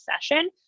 session